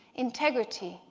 integrity,